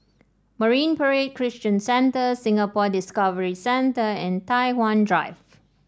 Marine Parade Christian Centre Singapore Discovery Centre and Tai Hwan Drive